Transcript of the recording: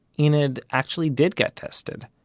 enid actually did get tested.